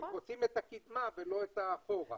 רוצים את הקדמה ולא אחורה.